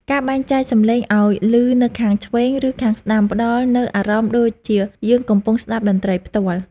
ការបែងចែកសំឡេងឱ្យឮនៅខាងឆ្វេង ឬ ខាងស្ដាំផ្ដល់នូវអារម្មណ៍ដូចជាយើងកំពុងស្ដាប់តន្ត្រីផ្ទាល់។